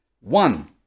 one